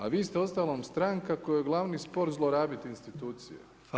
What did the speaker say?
A vi ste uostalom stranka kojoj je glavni sport zlorabiti institucije.